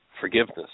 forgiveness